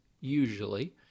usually